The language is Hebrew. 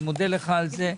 תודה רבה לך על זה.